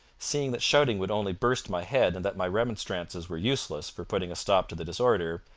seeing that shouting would only burst my head and that my remonstrances were useless for putting a stop to the disorder,